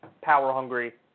power-hungry